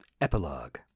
Epilogue